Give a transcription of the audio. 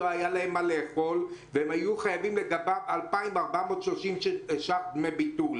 לא היה להם מה לאכול והם היו חייבים 2,430 שקל דמי ביטול.